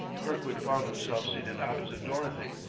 kirkwood found himself seated opposite dorothy,